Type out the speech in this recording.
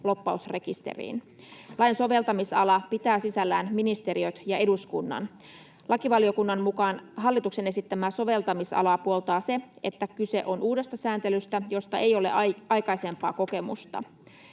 lobbausrekisteriin. Lain soveltamisala pitää sisällään ministeriöt ja eduskunnan. Lakivaliokunnan mukaan hallituksen esittämää soveltamisalaa puoltaa se, että kyse on uudesta sääntelystä, josta ei ole aikaisempaa kokemusta.